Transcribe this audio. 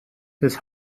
his